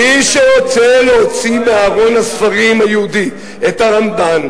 מי שרוצה להוציא מארון הספרים היהודי את הרמב"ן